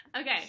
Okay